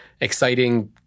exciting